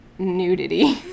Nudity